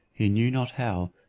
he knew not how,